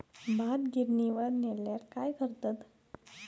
भात गिर्निवर नेल्यार काय करतत?